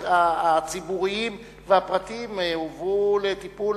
הציבוריים והפרטיים הובאו לטיפול,